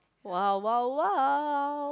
!wow! !wow! !wow!